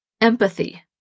empathy